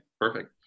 perfect